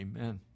Amen